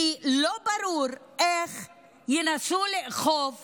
כי לא ברור איך ינסו לאכוף